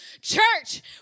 Church